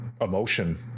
emotion